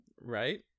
right